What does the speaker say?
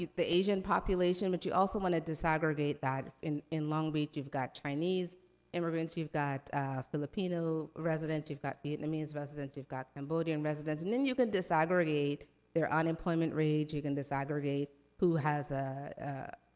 the asian population, but you also wanna disaggregate that. in in long beach, you've got chinese immigrants, you've got filipino residents, you've got vietnamese residents, you've got cambodian residents. and then you could disaggregate their unemployment range. you can disaggregate who has a